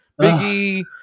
Biggie